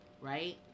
Right